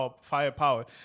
firepower